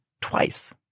twice